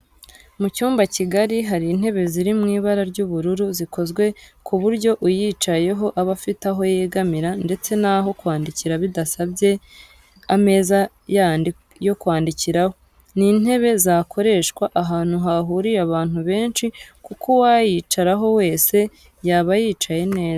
Mu cyumba kigari hari intebe ziri mu ibara ry'ubururu zikozwe ku buryo uyicayeho aba afite aho yegamira ndetse n'aho kwandikira bidasabye ameza yandi yo kwandikiraho. Ni intebe zakoreshwa ahantu hahuriye abantu benshi kuko uwayicaraho wese yaba yicaye neza